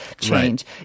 change